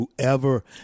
whoever